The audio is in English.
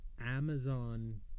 Amazon